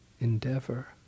endeavor